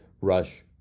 rush